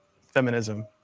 feminism